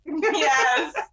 Yes